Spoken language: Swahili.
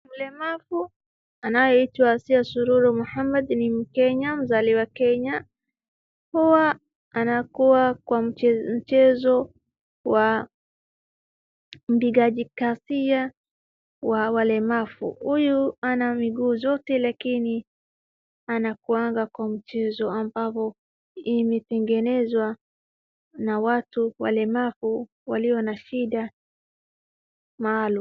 Mlemavu anayeitwa Asiya Sururu Mohammed ni MKenya, mzaliwa Kenya, huwa anakuwa kwa mchezo wa mpigaji kasia wa walemavu. Huyu ana miguu zote lakini anakuanga kwa mchezo ambapo imetengenezwa na watu walemavu walio na shida maalum.